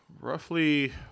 roughly